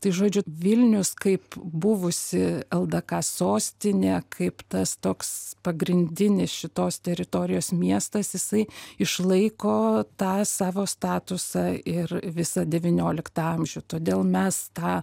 tai žodžiu vilnius kaip buvusi ldk sostinė kaip tas toks pagrindinis šitos teritorijos miestas jisai išlaiko tą savo statusą ir visą devynioliktą amžių todėl mes tą